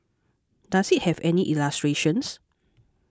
does it have any illustrations